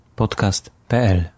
podcast.pl